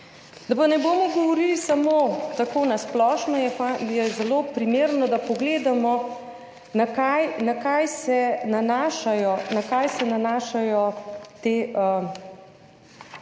Da pa ne bomo govorili samo tako na splošno, je zelo primerno, da pogledamo, na kaj se nanašajo ta